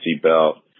seatbelt